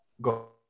go